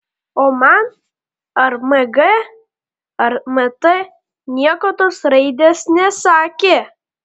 o man ar mg ar mt nieko tos raidės nesakė